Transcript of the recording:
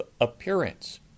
appearance